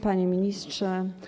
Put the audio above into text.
Panie Ministrze!